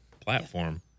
platform